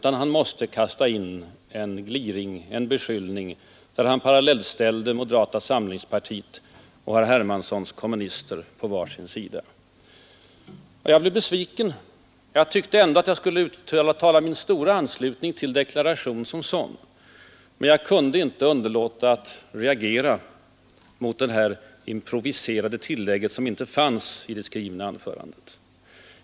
Han måste kasta in en gliring en beskyllning, där han parallellställde moderata samlingspartiet och herr Hermanssons kommunister. Jag blev besviken, eftersom jag var helt inställd på att uttala min anslutning till deklarationen som sådan. Men jag kunde inte underlåta att reagera mot det improviserade tillägget, som inte fanns med i det skrivna anförandet.